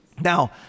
Now